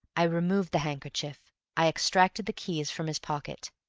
i removed the handkerchief i extracted the keys from his pocket.